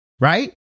Right